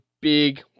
big